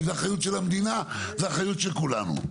זאת אחריות של המדינה וזאת אחריות שלנו.